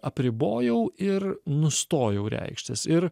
apribojau ir nustojau reikštis ir